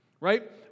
right